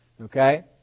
Okay